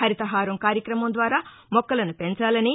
హరితహారం కార్యక్రమం ద్వారా మొక్కలను పెంచాలని